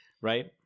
right